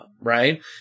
right